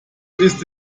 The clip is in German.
ist